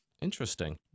Interesting